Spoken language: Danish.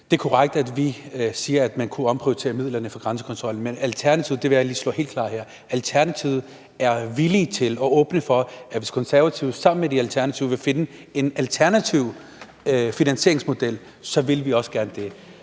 Det er korrekt, at vi siger, at man kunne omprioritere midlerne fra grænsekontrollen, men jeg vil lige slå helt fast her, at hvis De Konservative sammen med Alternativet vil finde en alternativ finansieringsmodel, så vil vi også gerne det.